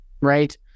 right